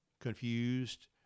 confused